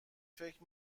فکر